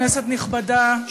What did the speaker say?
כנסת נכבדה,